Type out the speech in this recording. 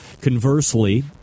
Conversely